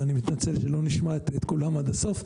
ואני מתנצל שלא נשמע את קולם עד הסוף.